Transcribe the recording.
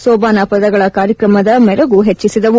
ಸೋಬಾನೆ ಪದಗಳು ಕಾರ್ಯಕ್ರಮದ ಮೆರಗು ಹೆಚ್ಚಿಸಿದವು